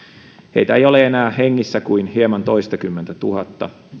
heitä ei ole enää hengissä kuin hieman toistakymmentätuhatta